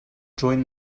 join